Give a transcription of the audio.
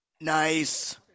Nice